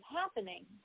happening